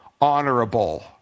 honorable